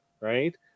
right